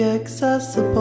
accessible